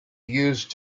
used